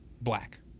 black